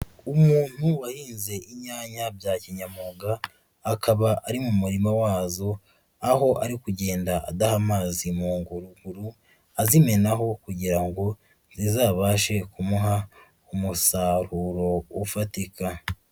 Umuntu wahinze inyanya bya kinyamwuga, akaba ari mu murima wazo aho ari kugenda adaha amazi mu nngururu azimenaho kugira ngo zizabashe kumuha umusaruro ufatika.